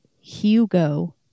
Hugo